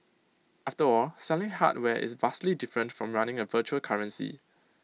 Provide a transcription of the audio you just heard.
after all selling hardware is vastly different from running A virtual currency